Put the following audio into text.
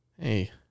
hey